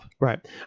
Right